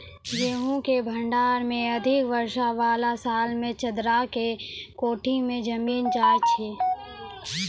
गेहूँ के भंडारण मे अधिक वर्षा वाला साल मे चदरा के कोठी मे जमीन जाय छैय?